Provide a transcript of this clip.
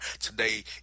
today